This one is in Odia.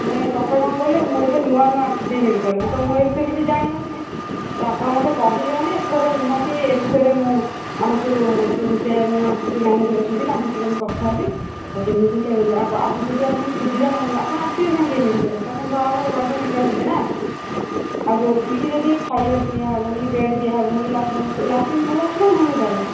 ମାନେ କଥା କ'ଣ କହିଲ ମୁଁ ଏବେ ନୂଆ ନୂଆ ଆସିଛି ଏଇ ମେଡିକାଲ୍କୁ ତ ମୁଁ ଏ ବିଷୟରେ କିଛି ଜାଣି ନଥିଲି ତ ଆପଣ ମୋତେ କହିଲେ ମାନେ ଏଥର ନିହାତି ଏ ବିଷୟରେ ମୁଁ ଆମର ଯୋଉ ଯୋଉ ଚେୟାରମ୍ୟାନ୍ ଅଛନ୍ତି ଯୋଉ ମ୍ୟାନେଜର୍ ଅଛନ୍ତି ତାଙ୍କ ସହିତ ମୁଁ କଥା ହେବି ଆଉ ଯେମିତି ହେଲେ ଆଗରୁ ଯଦି ଆପଣଙ୍କୁ ସୁବିଧା ନ ମିଳିବ ଆପଣ ଆସିବେ କାହିଁକି ଏ ମେଡିକାଲ୍କୁ ଆପଣ ତ ଆଉ ଅଲଗା ମେଡିକାଲ୍ ଯିବେ ନା ଆଉ ରୋଗୀ କି ଯଦି ଖାଇବା ଦିଆ ହେବନି ବେଡ୍ ଦିଆ ହେବନି ଲାଟିନ୍ ବାଥରୁମ୍ ଲାଟିନ୍ ଭଲ ଅଛି ନା ନାହିଁ ସେଟା ବି